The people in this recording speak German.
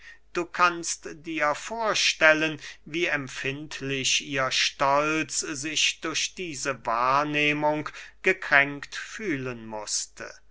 du kannst dir vorstellen wie empfindlich ihr stolz sich durch diese wahrnehmung gekränkt fühlen mußte